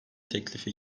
teklifi